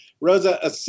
Rosa